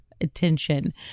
attention